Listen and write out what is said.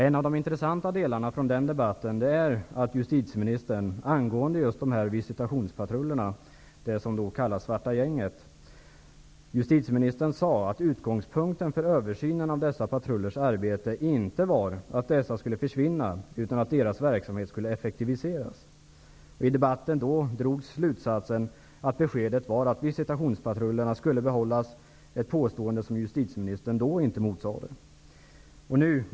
En av de intressanta delarna i den debatten var att justitieministern sade angående just dessa visitationspatruller, som kallas Svarta gänget, att utgångspunkten för översynen av dessa patrullers arbete inte var att dessa skulle försvinna utan att deras verksamhet skulle effektiviseras. I debatten drogs slutsatsen att beskedet var att visitationspatrullerna skulle behållas -- ett påstående som justitieministern då inte motsade.